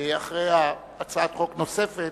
אחרי הצעת חוק נוספת,